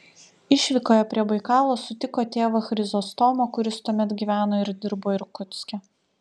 išvykoje prie baikalo sutiko tėvą chrizostomą kuris tuomet gyveno ir dirbo irkutske